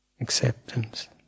acceptance